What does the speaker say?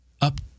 up